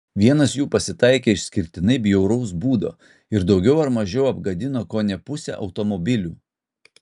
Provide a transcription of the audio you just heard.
vienas jų pasitaikė išskirtinai bjauraus būdo ir daugiau ar mažiau apgadino kone pusę automobilių